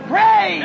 Pray